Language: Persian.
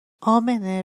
امنه